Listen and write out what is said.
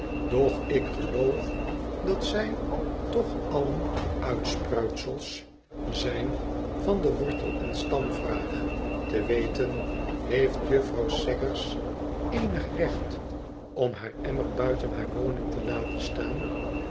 doch ik geloof dat zij toch allen uitspruitsels zijn van de wortel en stam vraag te weten heeft juffrouw saggers eenig recht om haar emmer buiten haar woning te laten staan